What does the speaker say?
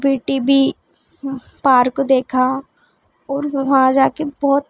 we T B park को देखा और वहाँ जाकर बहुत